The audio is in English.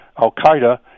al-Qaeda